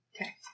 Okay